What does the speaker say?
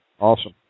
Awesome